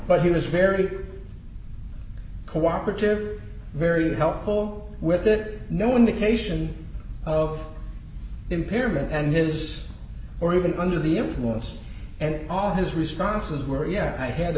but he was very co operative very helpful with it no indication of impairment and his or even under the influence and all his responses were yeah i had a